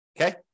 Okay